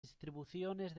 distribuciones